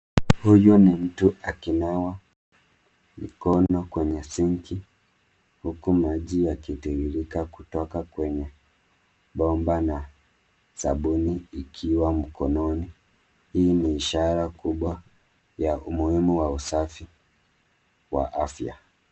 Huyu ni mtu akinawa mikono kwenye sinki huku maji yakitiririka kutoka kwenye bomba na sabuni ikiwa mkononi. Hii ni ishara kubwa ya umuhimu wa usafi wa afya.